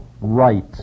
right